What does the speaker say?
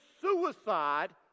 suicide